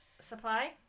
Supply